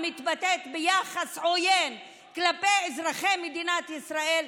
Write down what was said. המתבטאת ביחס עוין כלפי אזרחי מדינת ישראל,